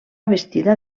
vestida